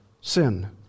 sin